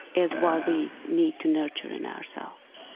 is what we need to nurture in ourselves.